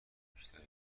بیشتری